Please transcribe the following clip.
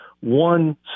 One